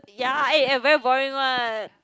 ya eh I very boring one